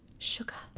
sugar!